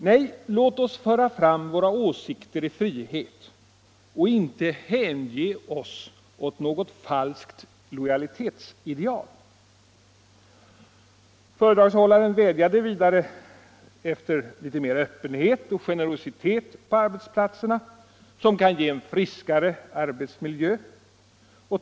Nej, låt oss föra fram våra åsikter i frihet och inte hänge oss åt något falskt lojalitetsideal.” Föredragshållaren vädjade vidare efter litet mer öppenhet och generositet på arbetsplatserna, som kan ge en friskare arbetsmiljö.